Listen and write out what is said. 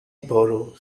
borrow